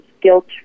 guilt